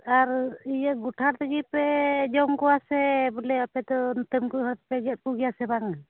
ᱟᱨ ᱤᱭᱟᱹ ᱜᱚᱴᱟ ᱛᱮᱜᱮ ᱯᱮ ᱡᱚᱢ ᱠᱚᱣᱟ ᱥᱮ ᱵᱚᱞᱮ ᱟᱯᱮ ᱫᱚ ᱱᱚᱛᱮᱱ ᱠᱚ ᱦᱚᱲ ᱠᱚᱫ ᱯᱮ ᱜᱮᱫ ᱠᱚᱜᱮᱭᱟᱥᱮ ᱵᱟᱝᱟ